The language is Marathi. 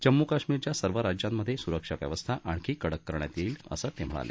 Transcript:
जम्मू कश्मीरच्या सर्व राज्यांमधे सुरक्षा व्यवस्था आणखी कडक करण्यात येईल असं ते म्हणाले